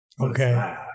Okay